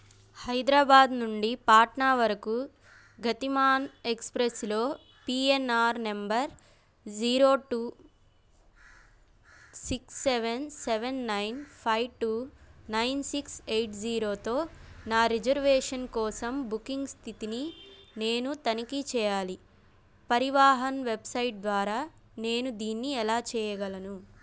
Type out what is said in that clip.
హైదరాబాదు నుండి పాట్నా వరకు గతిమాన్ ఎక్స్ప్రెస్లో PNR number zero two six seven seven nine five two nine six eight జీరోతో నా రిజర్వేషన్ కోసం బుకింగ్ స్థితిని నేను తనిఖీ చేయాలి పరివాహన్ వెబ్సైట్ ద్వారా నేను దీన్ని ఎలా చేయగలను